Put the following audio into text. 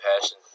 passion